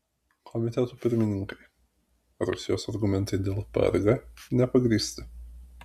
komitetų pirmininkai rusijos argumentai dėl prg nepagrįsti